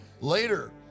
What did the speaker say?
Later